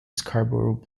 scarborough